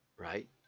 Right